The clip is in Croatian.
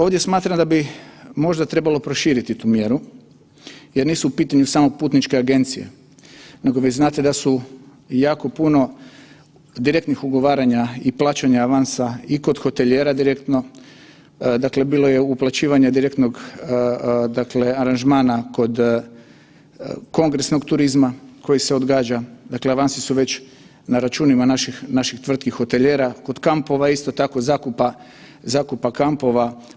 Ovdje smatram da bi možda trebalo proširiti tu mjeru jer nisu u pitanju samo putničke agencije, nego, već znate da su jako puno direktnih ugovaranja i plaćanja avansa i kog hotelijera direktno, dakle bilo je uplaćivanja direktnog aranžmana kod kongresnog turizma koji se odgađa, dakle avansi su već na računima naših tvrtki, hotelijera, kod kampova isto tako, zakupa kampova.